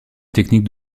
techniques